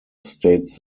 states